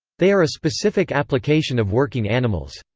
they are a specific application of working animals.